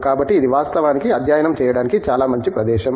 కాబట్టి ఇది వాస్తవానికి అధ్యయనం చేయడానికి చాలా మంచి ప్రదేశం